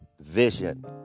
vision